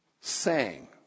sang